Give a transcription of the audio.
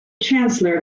chancellor